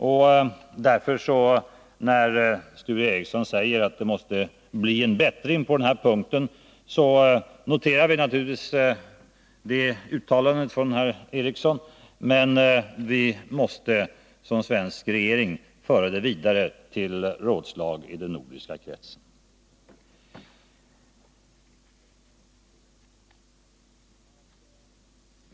När Sture Ericson säger att det måste bli en bättring på denna punkt noterar jag naturligtvis det uttalandet och kommer att föra det vidare till rådslaget i den nordiska kretsen.